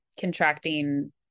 contracting